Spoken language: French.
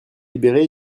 libérée